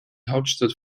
hauptstadt